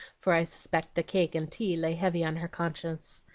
for i suspect the cake and tea lay heavy on her conscience,